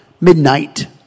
midnight